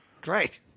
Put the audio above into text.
Great